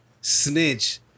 snitch